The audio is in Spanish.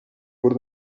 por